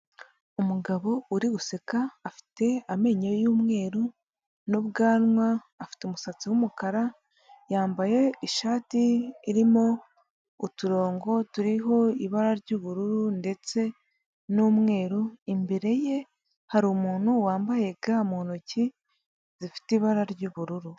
Umugabo uri guseka afite amenyo y'umweru n'ubwanwa, afite umusatsi w'umukara yambaye ishati irimo uturongo turiho ibara ry'ubururu ndetse n'umweru, imbere ye hari umuntu wambaye ga mu ntoki zifite ibara ry'ubururu.